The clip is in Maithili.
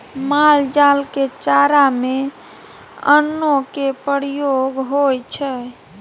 माल जाल के चारा में अन्नो के प्रयोग होइ छइ